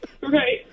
right